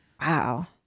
Wow